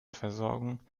versorgung